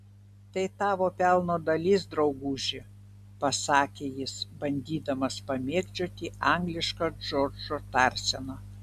tai tavo pelno dalis drauguži pasakė jis bandydamas pamėgdžioti anglišką džordžo tarseną